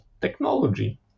technology